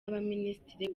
abaminisitiri